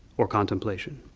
or contemplation.